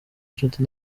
nshuti